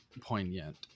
poignant